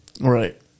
Right